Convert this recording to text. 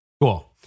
Cool